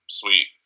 sweet